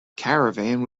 caravan